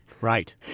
Right